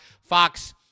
Fox